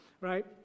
right